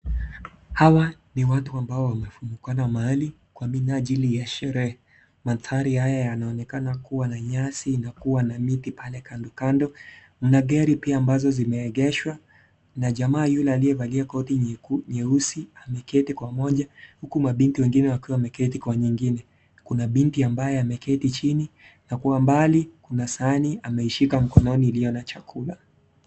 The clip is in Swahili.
Hawa ni watu ambao wamefumbukana mahali kwa minajili ya sherehe, mandhari haya yanaonekana kua na nyasi na kua na miti pale kandokando, mna gari pia ambazo zimeegeshwa na jamaa yule aliyevalia koti nyeusi ameketi kwa moja huku mabinti wengine wakiwa wameketi kwa nyingine, kuna binti ambaye ameketi chini na kwa mbali kuna sahani ameishika mkononi iliyo na chakula.